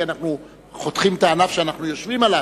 כי אנחנו חותכים את הענף שאנחנו יושבים עליו,